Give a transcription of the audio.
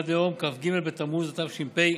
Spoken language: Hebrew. עד ליום כ"ג בתמוז התש"ף,